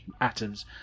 atoms